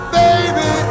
baby